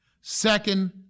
Second